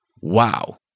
wow